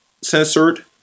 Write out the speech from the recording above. censored